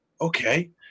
okay